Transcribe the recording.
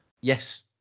Yes